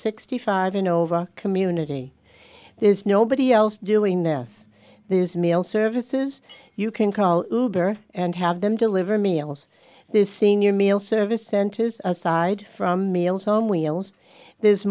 sixty five and over community there's nobody else doing this there's meal services you can call and have them deliver meals this senior meal service centers aside from meals on wheels there's